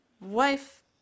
wife